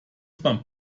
man